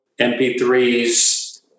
MP3s